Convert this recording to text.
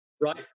Right